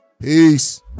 peace